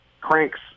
cranks